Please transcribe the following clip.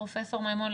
פרופ' מימון,